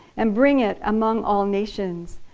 and bring it among all nations.